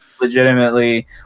legitimately